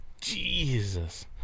Jesus